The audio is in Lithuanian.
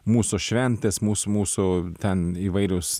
mūsų šventės mus mūsų ten įvairiūs